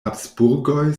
habsburgoj